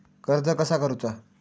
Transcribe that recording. कर्ज कसा करूचा?